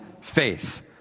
faith